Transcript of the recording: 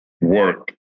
work